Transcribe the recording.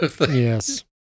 Yes